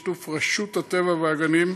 בשיתוף רשות הטבע והגנים,